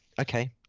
okay